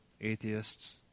atheists